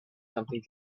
something